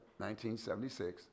1976